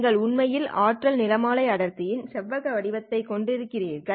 நீங்கள் உண்மையில் ஆற்றல் நிறமாலை அடர்த்தியின் செவ்வக வடிவத்தை கொண்டிருக்கிறீர்கள்